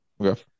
okay